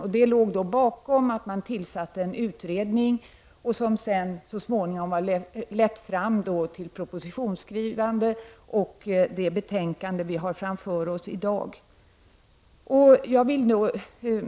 Bakom detta låg att en utredning tillsattes, och denna har så småningom lett fram till propositionsskrivande och det betänkande vi har framför oss i dag.